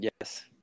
Yes